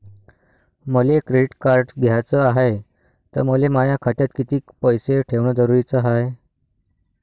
मले credit card घ्याचं हाय, त मले माया खात्यात कितीक पैसे ठेवणं जरुरीच हाय?